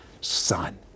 son